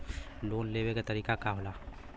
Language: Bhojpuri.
लोन लेवे क तरीकाका होला?